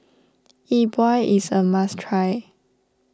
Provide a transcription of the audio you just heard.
Yi Bua is a must try